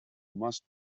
must